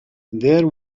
there